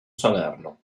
salerno